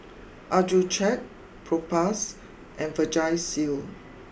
Accucheck Propass and Vagisil